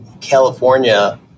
California